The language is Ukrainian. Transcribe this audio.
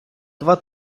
два